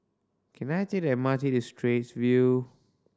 can I take the M R T to Straits View